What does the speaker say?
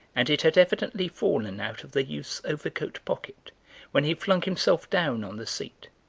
and it had evidently fallen out of the youth's overcoat pocket when he flung himself down on the seat.